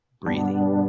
breathing